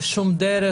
בשום דרך.